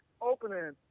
opening